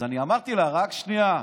אז אני אמרתי לה: רק שנייה,